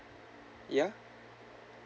ya